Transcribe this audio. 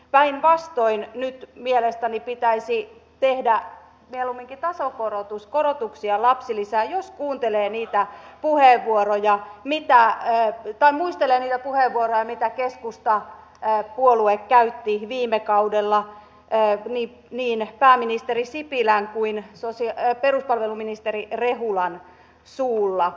päinvastoin nyt mielestäni pitäisi tehdä mieluumminkin tasokorotus lapsilisään jos muistelee niitä puheenvuoroja niitä hae tai muistellen ja puhevallan itäkeskusta mitä keskustapuolue käytti viime kaudella niin pääministeri sipilän kuin peruspalveluministeri rehulan suulla